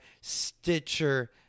Stitcher